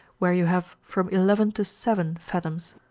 where you have from eleven to seven fathoms,